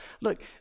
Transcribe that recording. Look